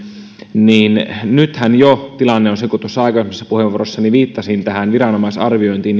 niin nythän jo tilanne on se kuten tuossa aikaisemmassa puheenvuorossani viittasin tähän viranomaisarviointiin